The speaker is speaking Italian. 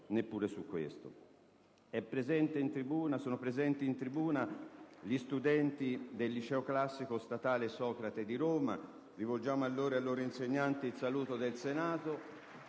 nuova finestra"). Sono presenti in tribuna gli studenti del Liceo classico statale «Socrate» di Roma. Rivolgo a loro e ai loro insegnanti il saluto del Senato